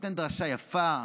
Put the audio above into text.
נותן דרשה יפה,